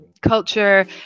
culture